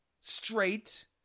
straight